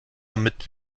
damit